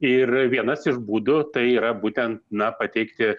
ir vienas iš būdų tai yra būtent na pateikti